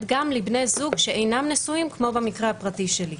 גם לבני זוג שאינם נשואים כמו במקרה הפרטי שלי.